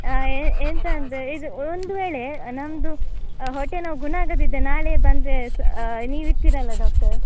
ಹಾಂ ಎಂತ ಅಂದರೆ ಇದು ಒಂದು ವೇಳೆ ನಮ್ಮದು ಹೊಟ್ಟೆನೋವು ಗುಣ ಆಗದಿದ್ದರೆ ನಾಳೆ ಬಂದರೆ ನೀವಿರ್ತಿರಲ್ಲ ಡಾಕ್ಟರ್